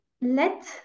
let